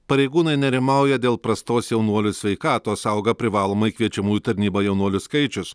pareigūnai nerimauja dėl prastos jaunuolių sveikatos auga privalomai kviečiamų į tarnybą jaunuolių skaičius